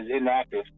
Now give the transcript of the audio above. inactive